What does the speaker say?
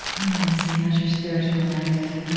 i don't want to say how is your spiritual life.